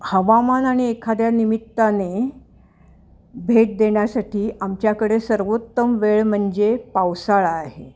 हवामान आणि एखाद्या निमित्ताने भेट देण्यासाठी आमच्याकडे सर्वोत्तम वेळ म्हणजे पावसाळा आहे